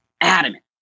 adamant